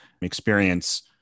Experience